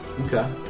Okay